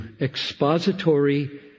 expository